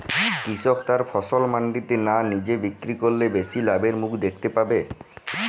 কৃষক তার ফসল মান্ডিতে না নিজে বিক্রি করলে বেশি লাভের মুখ দেখতে পাবে?